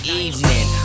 evening